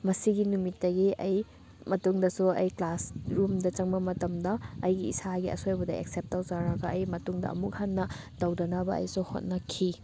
ꯃꯁꯤꯒꯤ ꯅꯨꯃꯤꯠꯇꯒꯤ ꯑꯩ ꯃꯇꯨꯡꯗꯁꯨ ꯑꯩ ꯀ꯭ꯂꯥꯁ ꯔꯨꯝꯗ ꯆꯪꯕ ꯃꯇꯝꯗ ꯑꯩꯒꯤ ꯏꯁꯥꯒꯤ ꯑꯁꯣꯏꯕꯗ ꯑꯦꯛꯁꯦꯞ ꯇꯧꯖꯔꯒ ꯑꯩ ꯃꯇꯨꯡꯗ ꯑꯃꯨꯛ ꯍꯟꯅ ꯇꯧꯗꯅꯕ ꯑꯩꯁꯨ ꯍꯣꯠꯅꯈꯤ